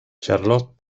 charlot